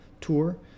tour